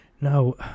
no